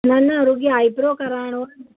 न न रुगो आइब्रो कराइणो आहे